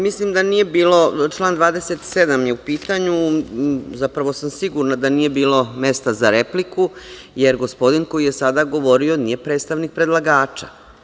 Mislim da nije bilo, član 27. je u pitanju, zapravo sam sigurna da nije bilo mesta za repliku, jer gospodin koji je sada govorio nije predstavnik predlagača.